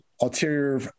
ulterior